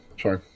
Sorry